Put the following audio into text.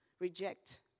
reject